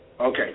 Okay